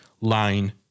line